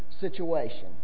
situation